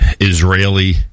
Israeli